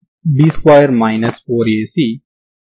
12